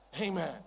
Amen